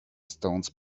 stones